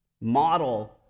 Model